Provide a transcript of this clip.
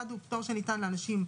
אחד פטור שניתן לאנשים,